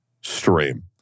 stream